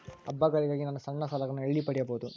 ಹಬ್ಬಗಳಿಗಾಗಿ ನಾನು ಸಣ್ಣ ಸಾಲಗಳನ್ನು ಎಲ್ಲಿ ಪಡೆಯಬಹುದು?